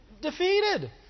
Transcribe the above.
defeated